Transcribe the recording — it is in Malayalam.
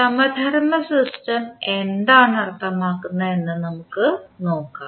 സമധർമ്മ സിസ്റ്റം എന്താണ് അർത്ഥമാക്കുന്നത് എന്ന് നമുക്ക് നോക്കാം